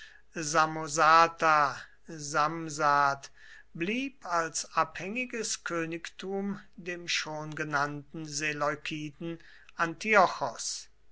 samosata samsat blieb als abhängiges königtum dem schon genannten